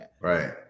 Right